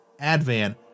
advan